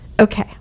Okay